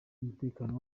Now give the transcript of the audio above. umutekano